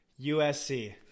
USC